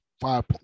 five